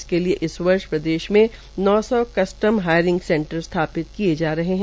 इसके लिये हर वर्ष प्रदेश मे नौ सौ कस्टम हायरिंग सेंटर स्थापित किये जा रहे है